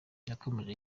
yakomeje